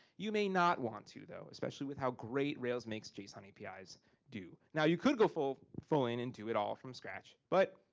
you may not want to though, especially with how great rails makes json apis do. now you could go full, full in and do it all from scratch. but,